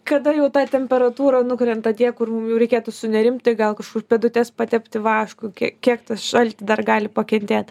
kada jau ta temperatūra nukrenta tie kur mum jau reikėtų sunerimt tai gal kažkur pėdutes patepti vašku kie kiek tas šaltį dar gali pakentėt